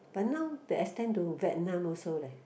but now they extend to Vietnam also leh